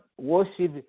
worship